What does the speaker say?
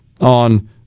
on